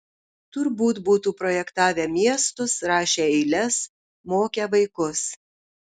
turbūt būtų projektavę miestus rašę eiles mokę vaikus